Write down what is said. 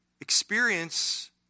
experience